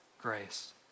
grace